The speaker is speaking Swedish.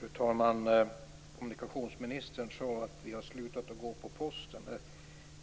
Fru talman! Kommunikationsministern sade att vi har slutat att gå till Posten.